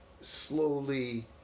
slowly